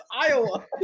Iowa